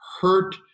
hurt